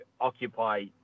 occupy